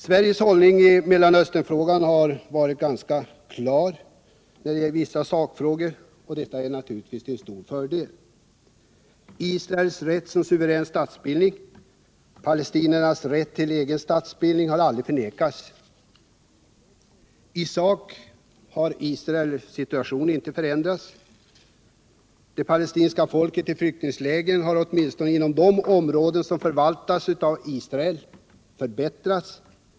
Sveriges hållning i Mellanösternfrågan har varit ganska klar i vissa sakfrågor, och detta är naturligtvis en stor fördel. Israels rätt som suverän statsbildning och palestiniernas rätt till en egen statsbildning har aldrig förnekats. I sak har Israels situation inte förändrats. Förhållandena för palestinierna i flyktinglägren har åtminstone inom de områden som förvaltas av Israel förbättrats.